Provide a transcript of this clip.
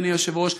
אדוני היושב-ראש,